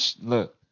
Look